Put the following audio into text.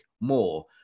more